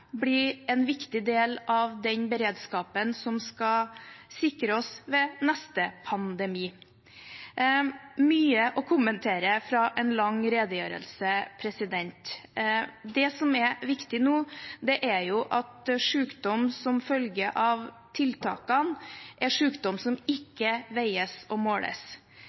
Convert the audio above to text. blir en viktig del av den beredskapen som skal sikre oss ved neste pandemi. Det er mye å kommentere fra en lang redegjørelse. Det som er viktig nå, er at sykdom som følger av tiltakene, er sykdom som ikke veies og måles.